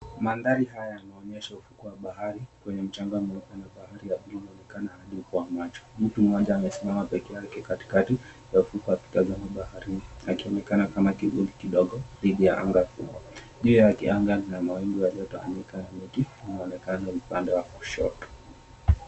Mandhari haya yanaonyesha mawingu ya bahari kwenye mchanga mweupe na bahari ya buluu inaonekana kwa macho. Mtu mmoja amesimama pekee yake katika ya ufukwe akitazama baharini akionekana kama kivuli kidogo dhidhi ya anga. Juu yake anga lina mawingu yaliyotawanyika yakionekana upande wa kushoto.